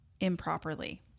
improperly